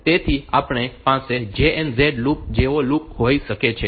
તેથી આપણી પાસે JNZ લૂપ જેવો લૂપ હોઈ શકે છે